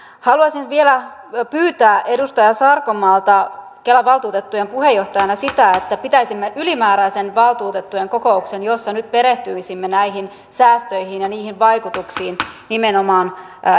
haluaisin vielä pyytää edustaja sarkomaalta kelan valtuutettujen puheenjohtajalta sitä että pitäisimme ylimääräisen valtuutettujen kokouksen jossa nyt perehtyisimme näihin säästöihin ja niihin vaikutuksiin nimenomaan